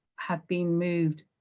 have been moved,